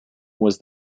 was